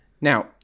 Now